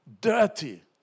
Dirty